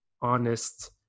honest